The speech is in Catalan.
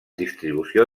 distribució